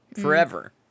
forever